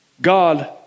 God